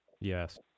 Yes